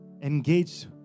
Engage